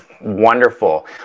wonderful